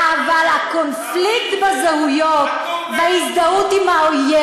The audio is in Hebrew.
אבל הקונפליקט בזהויות וההזדהות עם האויב